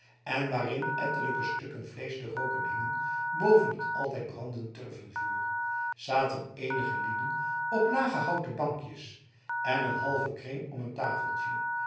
en waarin ettelijke stukken vleesch te rooken hingen boven het altijd brandend turvenvuur zaten eenige lieden op lage houten bankjes in een halven kring om een tafeltje